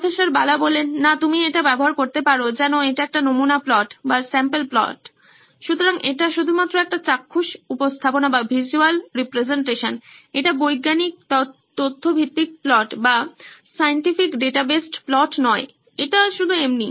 প্রফ্ বালা না তুমি এটা ব্যবহার করতে পারো যেন এটা একটা নমুনা প্লট সুতরাং এটা শুধুমাত্র একটা চাক্ষুষ উপস্থাপনা এটা বৈজ্ঞানিক তথ্য ভিত্তিক প্লট নয় এটা শুধু এমনি